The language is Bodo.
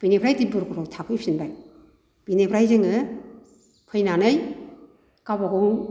बिनिफ्राय डिब्रुगड़आव थाफैफिनबाय बिनिफ्राय जोङो फैनानै गावबा गाव